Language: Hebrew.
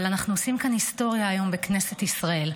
אבל אנחנו עושים כאן היסטוריה היום בכנסת ישראל.